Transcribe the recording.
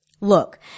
Look